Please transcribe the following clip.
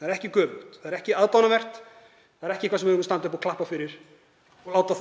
Það er ekki göfugt, það er ekki aðdáunarvert. Það er ekki eitthvað sem eigum að standa upp og klappa fyrir og